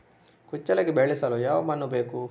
ಕುಚ್ಚಲಕ್ಕಿ ಬೆಳೆಸಲು ಯಾವ ಮಣ್ಣು ಬೇಕು?